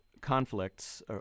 conflicts